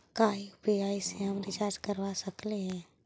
का यु.पी.आई से हम रिचार्ज करवा सकली हे?